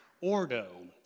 Ordo